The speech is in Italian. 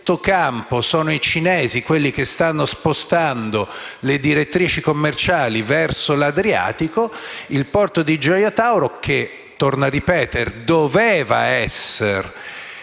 in questo campo sono i cinesi coloro che stanno spostando le direttrici commerciali verso l'Adriatico, il porto di Gioia Tauro, che - torno a ripetere - doveva essere